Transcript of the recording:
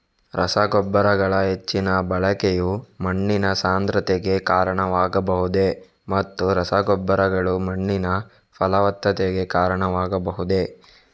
ರಸಗೊಬ್ಬರಗಳ ಹೆಚ್ಚಿನ ಬಳಕೆಯು ಮಣ್ಣಿನ ಸಾಂದ್ರತೆಗೆ ಕಾರಣವಾಗಬಹುದೇ ಮತ್ತು ರಸಗೊಬ್ಬರಗಳು ಮಣ್ಣಿನ ಫಲವತ್ತತೆಗೆ ಕಾರಣವಾಗಬಹುದೇ?